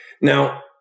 now